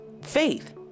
Faith